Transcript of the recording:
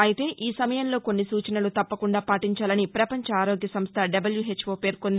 అయితే ఈ సమయంలో కొన్ని సూచనలు తప్పకుండా పాటించాలని ప్రపంచ ఆరోగ్య సంస్ట డబ్యుహెచ్ఓ పేర్కొంది